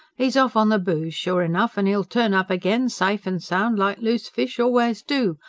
e's off on the booze, sure enough and e'll turn up again, safe and sound, like loose fish always do.